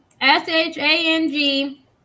S-H-A-N-G